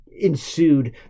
ensued